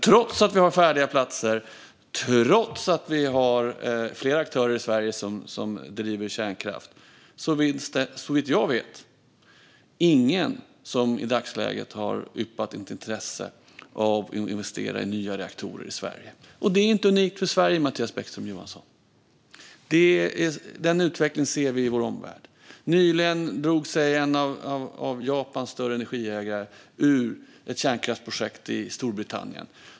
Trots att vi har färdiga platser och trots att vi har flera aktörer i Sverige som driver kärnkraft har ingen, såvitt jag vet, yppat något om ett intresse av att investera i nya reaktorer i Sverige. Och det är inte unikt för Sverige, Mattias Bäckström Johansson, utan den utvecklingen ser vi även i vår omvärld. Nyligen drog sig en av Japans större energiägare ur ett kärnkraftsprojekt i Storbritannien.